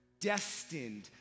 destined